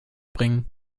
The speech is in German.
bringen